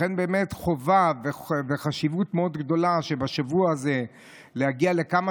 לכן חובה ויש חשיבות מאוד גדולה שבשבוע הזה יגיעו לכמה